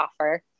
offer